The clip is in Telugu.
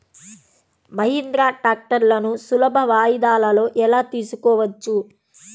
మహీంద్రా ట్రాక్టర్లను సులభ వాయిదాలలో ఎలా తీసుకోవచ్చు?